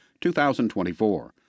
2024